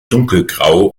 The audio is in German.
dunkelgrau